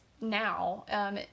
now